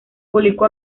público